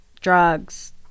drugs